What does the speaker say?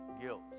guilt